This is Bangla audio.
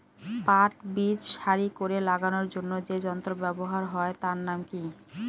পাট বীজ সারি করে লাগানোর জন্য যে যন্ত্র ব্যবহার হয় তার নাম কি?